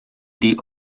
die